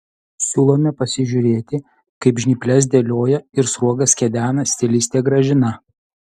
siūlome pasižiūrėti kaip žnyples dėlioja ir sruogas kedena stilistė gražina